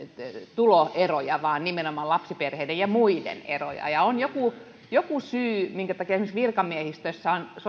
tuloeroja vaan nimenomaan lapsiperheiden ja muiden eroja on joku joku syy minkä takia esimerkiksi virkamiehistössä on sosiaali